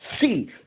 see